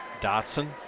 Dotson